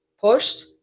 pushed